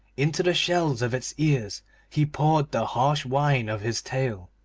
into the shells of its ears he poured the harsh wine of his tale.